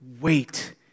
Wait